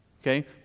okay